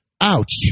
ouch